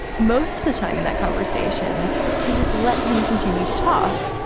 most of the time in that conversation to just let him continue to talk.